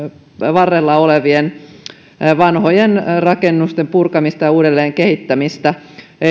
varrella olevien vanhojen rakennusten purkamista ja uudelleen kehittämistä